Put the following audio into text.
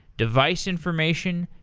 device information,